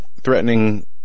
threatening